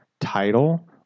title